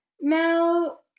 Now